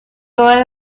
todas